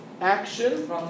action